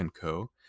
Co